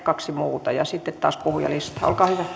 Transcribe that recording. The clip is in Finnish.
kaksi muuta ja sitten taas puhujalistaan